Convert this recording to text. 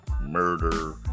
murder